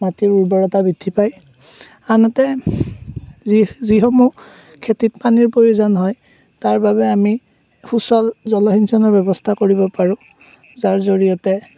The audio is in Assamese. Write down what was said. মাটিৰ উৰ্বৰতা বৃদ্ধি পায় আনহাতে যি যিসমূহ খেতিত পানীৰ প্ৰয়োজন হয় তাৰ বাবে আমি সুচল জলসিঞ্চনৰ ব্যৱস্থা কৰিব পাৰোঁ যাৰ জড়িয়তে